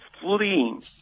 fleeing